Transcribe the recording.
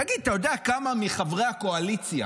תגיד, אתה יודע כמה מחברי הקואליציה